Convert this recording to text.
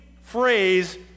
phrase